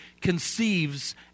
conceives